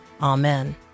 Amen